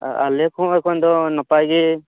ᱟᱞᱮ ᱠᱚᱦᱚᱸ ᱮᱠᱷᱚᱱ ᱫᱚ ᱱᱟᱯᱟᱭ ᱜᱮ